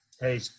hey